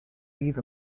leave